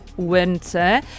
winter